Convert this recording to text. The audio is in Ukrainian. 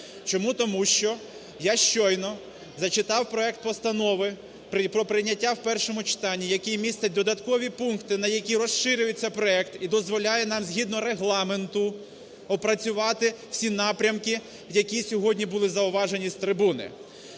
Чому? Тому що я щойно зачитав проект постанови про прийняття у першому читанні, який містить додаткові пункти, на які розширюється проект і дозволяє нам згідно Регламенту опрацювати всі напрямки, які сьогодні були зауважені з трибуни.